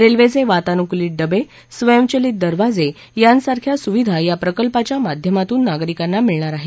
रेल्वेचे वातानुकूलित डबे स्वयंचालित दरवाजे यांसारख्या सुविधा या प्रकल्पाच्या माध्यमातून नागरिकांना मिळणार आहेत